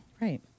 Right